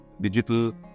digital